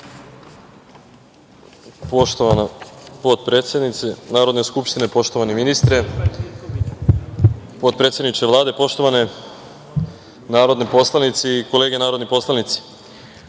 potpredsednice Narodne skupštine, poštovani ministre, potpredsedniče Vlade, poštovane narodne poslanice i kolege narodni poslanici,